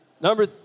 Number